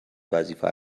وظیفه